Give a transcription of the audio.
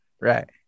Right